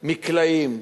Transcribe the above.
מקלעים.